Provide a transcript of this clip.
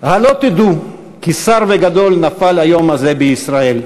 "הלא תדעו כי שר וגדול נפל היום הזה בישראל",